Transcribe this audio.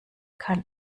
kann